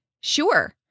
sure